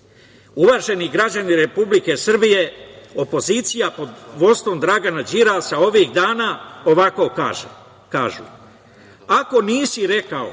pomoći. Uvaženi građani Republike Srbije, opozicija pod vođstvom Dragana Đilasa ovih dana ovako kaže – ako nisi rekao